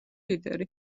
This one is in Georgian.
ლიდერი